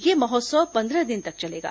यह महोत्सव पंद्रह दिन तक चलेगा